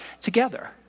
together